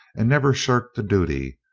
and never shirked a duty.